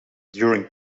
during